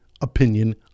opinion